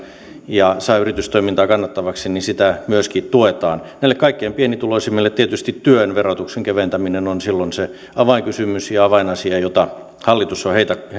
ja saa yritystoimintaa kannattavaksi niin sitä myöskin tuetaan näille kaikkein pienituloisimmille tietysti työn verotuksen keventäminen on silloin se avainkysymys ja avainasia jota hallitus on